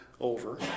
over